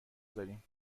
داریم